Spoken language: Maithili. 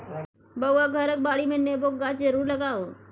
बौआ घरक बाडीमे नेबोक गाछ जरुर लगाउ